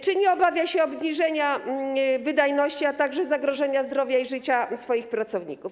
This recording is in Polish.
Czy nie obawia się obniżenia wydajności, a także zagrożenia zdrowia i życia swoich pracowników?